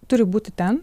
turi būti ten